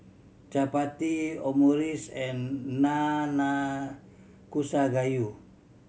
Chapati Omurice and Nanakusa Gayu